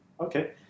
Okay